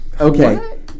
Okay